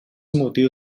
motiu